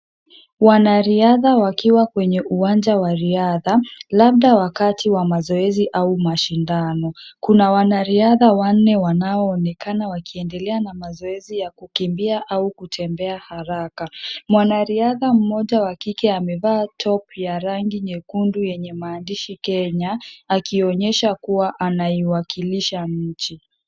Wanariadha wakiwa kwenye uwanja wa riadha, labda wakati wa mazoezi au mashindano. Kuna wanariadha wanne wanaoonekana wakiendelea na mazoezi ya kukimbia au kutembea haraka, mwanariadha mmoja wa kike amevaa topi ya rangi nyekundu yenye maandishi Kenya, akionyesha kuwa anaiwakilisha nchi.